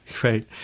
Great